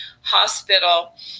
hospital